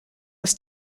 was